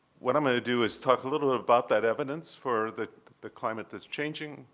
what i'm going to do is talk a little bit about that evidence for the the climate that's changing,